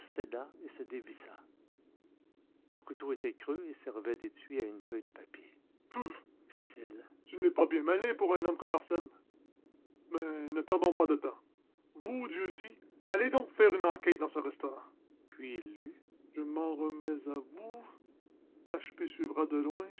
et se dévissa le couteau était creux et servait d'étui à une feuille de papier peuh fit-il ce n'est pas bien malin pour un homme comme arsène mais ne perdons pas de temps vous dieuzy allez donc faire une enquête dans ce restaurant puis il lut je m'en remets à vous h p suivra de loin